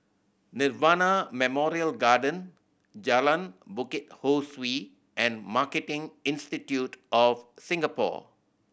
Nirvana Memorial Garden Jalan Bukit Ho Swee and Marketing Institute of Singapore